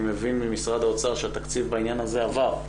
אני מבין ממשרד האוצר שהתקציב בעניין הזה עבר.